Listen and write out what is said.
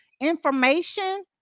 information